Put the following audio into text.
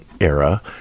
era